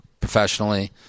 professionally